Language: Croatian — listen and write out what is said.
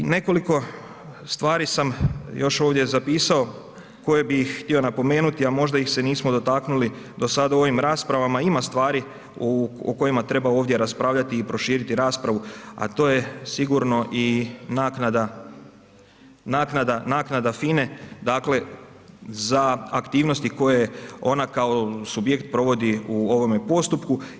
I nekoliko stvari sam još ovdje zapisao koje bih htio napomenuti a možda ih se nismo dotaknuli do sada u ovim raspravama, ima stvari o kojima treba ovdje raspravljati i proširiti raspravu a to je sigurno i naknada FINA-e, dakle za aktivnosti koje ona kao subjekt provodi u ovome postupku.